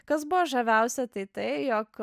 kas buvo žaviausia tai tai jog